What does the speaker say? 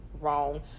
Wrong